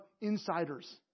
insiders